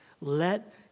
Let